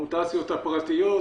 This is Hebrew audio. המוטציות הפרטיות,